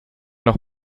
noch